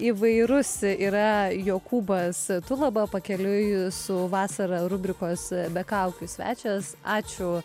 įvairus yra jokūbas tulaba pakeliui su vasara rubrikos be kaukių svečias ačiū